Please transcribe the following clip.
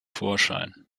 vorschein